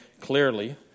clearly